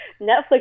Netflix